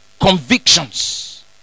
convictions